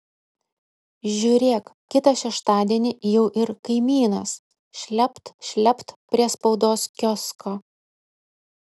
žiūrėk kitą šeštadienį jau ir kaimynas šlept šlept prie spaudos kiosko